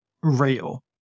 real